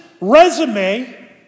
resume